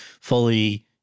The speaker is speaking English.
fully